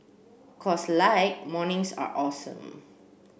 cause like mornings are awesome